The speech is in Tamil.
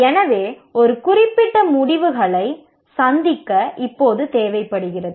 எனவே ஒரு குறிப்பிட்ட முடிவுகளை சந்திக்க இப்போது தேவைப்படுகிறது